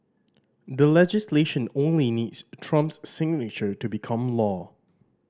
the legislation only needs Trump's signature to become law